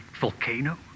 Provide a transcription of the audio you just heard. Volcano